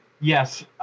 yes